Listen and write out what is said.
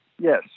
Yes